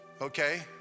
Okay